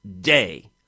day